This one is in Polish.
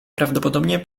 prawdopodobnie